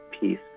peace